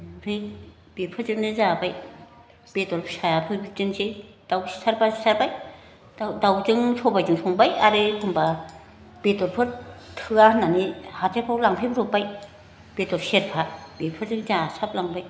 ओमफ्राय बेफोरजोंनो जाबाय बेदर फिसाफोर बिदिनोसै दाउ सिथारबा सिथारबाय दाउजों सबायजों संबाय आरो एखनबा बेदरफोर थोआ होननानै हाथायफ्राव लांफिनब्र'ब्बाय बेदर सेरफा बेफोरजों जासाबलांबाय